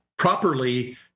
Properly